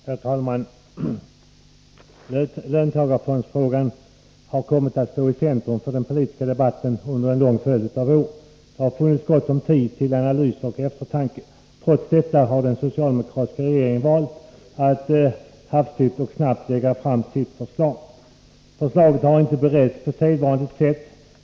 Herr talman! Löntagarfondsfrågan har kommit att stå i centrum för den politiska debatten under en lång följd av år. Det har funnits gott om tid till analys och eftertanke. Trots detta har den socialdemokratiska regeringen valt att hafsigt och snabbt lägga fram sitt förslag. Förslaget har inte beretts på sedvanligt sätt.